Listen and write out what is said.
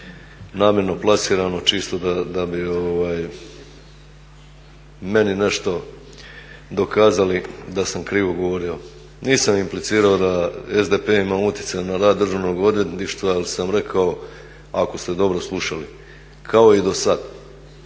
namjerno plasirano čisto da bi meni nešto dokazali da sam krivo govorio. Nisam implicirao da SDP ima utjecaja na rad Državnog odvjetništva ali sam rekao ako ste dobro slušali kao i dosad.